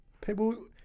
people